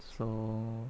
so